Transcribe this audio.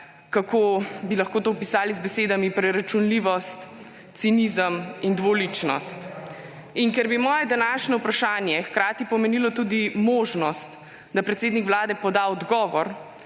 kako bi lahko to opisali z besedami preračunljivost, cinizem in dvoličnost. In ker bi moje današnje vprašanje hkrati pomenilo tudi možnost, da predsednik Vlade poda odgovor,